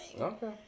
Okay